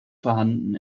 vorhanden